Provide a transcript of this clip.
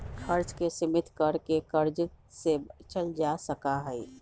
खर्च के सीमित कर के कर्ज से बचल जा सका हई